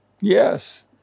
Yes